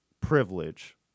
privilege